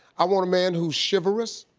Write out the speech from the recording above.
i want a man who's chivalrous.